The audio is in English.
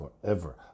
forever